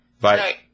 Bye